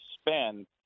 spend